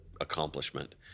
accomplishment